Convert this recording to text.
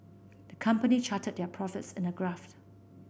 the company charted their profits in a graph